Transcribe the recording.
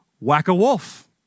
whack-a-wolf